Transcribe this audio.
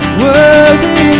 worthy